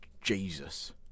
jesus